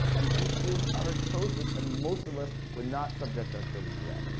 and those schools are atrocious and most of us would not subject our children to that.